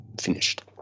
finished